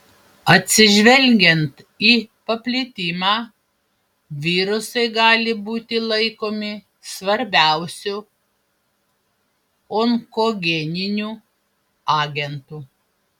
atsižvelgiant į paplitimą virusai gali būti laikomi svarbiausiu onkogeniniu agentu